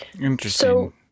Interesting